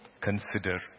Consider